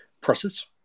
process